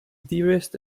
dearest